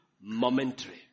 Momentary